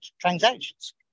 transactions